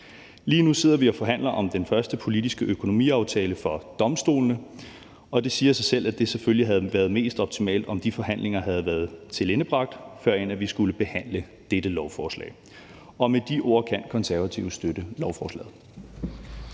Lige nu sidder vi og forhandler om den første politiske økonomiaftale for domstolene, og det siger sig selv, at det selvfølgelig havde været mest optimalt, hvis de forhandlinger havde været tilendebragt, førend vi skulle behandle dette lovforslag. Med de ord kan Konservative støtte lovforslaget.